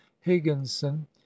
higginson